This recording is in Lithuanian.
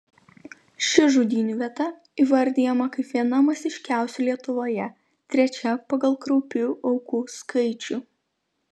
ši žudynių vieta įvardijama kaip viena masiškiausių lietuvoje trečia pagal kraupių aukų skaičių